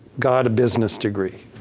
got a business degree.